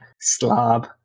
Slob